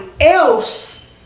else